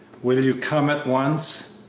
will you come at once?